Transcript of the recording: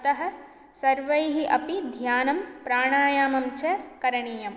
अतः सर्वैः अपि ध्यानं प्राणायामम् च करणीयम्